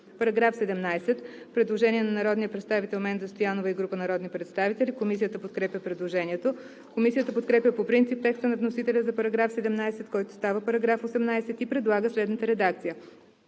По § 17 има предложение на народния представител Менда Стоянова и група народни представители. Комисията подкрепя предложението. Комисията подкрепя по принцип текста на вносителя за § 17, който става § 18 и предлага следната редакция: